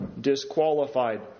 disqualified